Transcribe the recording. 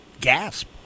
gasp